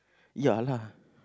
ya lah